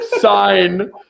sign